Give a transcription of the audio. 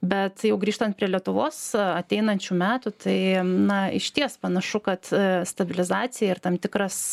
bet jau grįžtant prie lietuvos ateinančių metų tai na išties panašu kad a stabilizacija ir tam tikras